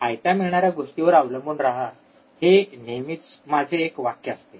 आयत्या मिळणाऱ्या गोष्टींवर अवलंबून राहू नका हे नेहमीच माझे एक वाक्य असते